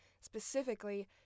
Specifically